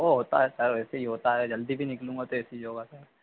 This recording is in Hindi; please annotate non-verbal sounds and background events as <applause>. वो होता है सर वैसे ही होता है जल्दी भी निकलूँगा तो <unintelligible> होगा सर